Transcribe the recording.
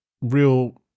real